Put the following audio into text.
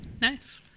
Nice